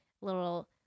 little